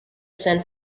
san